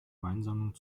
weinsammlung